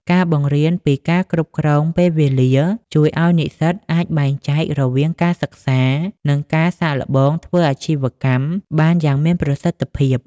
ការបង្រៀនពី "ការគ្រប់គ្រងពេលវេលា" ជួយឱ្យនិស្សិតអាចបែងចែករវាងការសិក្សា និងការសាកល្បងធ្វើអាជីវកម្មបានយ៉ាងមានប្រសិទ្ធភាព។